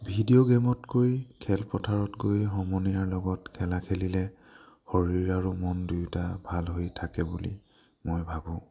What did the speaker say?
video গেমতকৈ খেলপথাৰত গৈ সমনীয়াৰ লগত খেলা খেলিলে শৰীৰ আৰু মন দুয়োটা ভাল হৈ থাকে বুলি মই ভাবোঁ